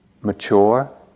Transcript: mature